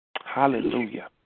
Hallelujah